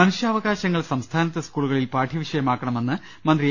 മനുഷ്യവകാശങ്ങൾ സംസ്ഥാനത്തെ സ് കൂളുകളിൽ പാഠ്യവിഷയമാക്കണമെന്ന് മന്ത്രി എ